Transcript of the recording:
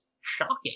shocking